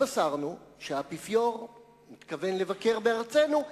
התבשרנו שהאפיפיור מתכוון לבקר בארצנו,